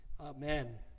Amen